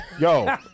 Yo